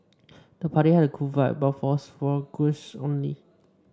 the party had a cool vibe but was for guests only